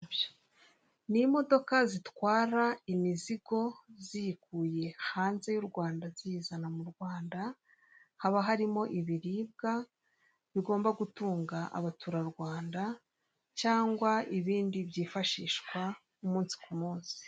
Ni imodoka zitwara imizigo, ziyikuye hanze y'u Rwanda, ziyizana mu Rwanda, haba harimo ibiribwa bigomba gutunga abaturarwanda, cyangwa ibindi byifashishwa umunsi ku munsi.